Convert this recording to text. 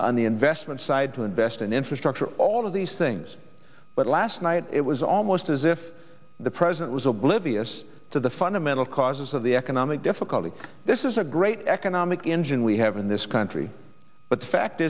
on the investment side to invest in infrastructure all of these things but last night it was almost as if the president was oblivious to the fundamental causes of the economic difficulty this is a great economic engine we have in this country but the fact